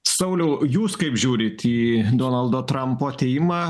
sauliau jūs kaip žiūrit į donaldo trampo atėjimą